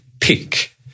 pick